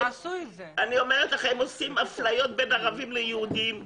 הם עושים אפליות בין יהודים לערבים.